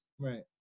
Right